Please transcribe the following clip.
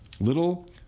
Little